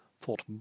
thought